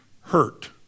hurt